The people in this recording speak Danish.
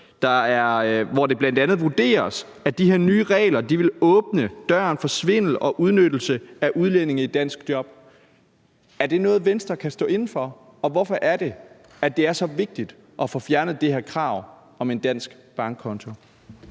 der bl.a. vurderer, at de her nye regler vil åbne døren for svindel og udnyttelse af udlændinge i dansk job. Er det noget, Venstre kan stå inde for, og hvorfor er det, det er så vigtigt at få fjernet det her krav om en dansk bankkonto?